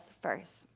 first